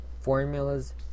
formulas